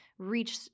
reach